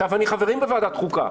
אתה ואני חברים בוועדת חוקה.